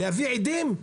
להביא עדים?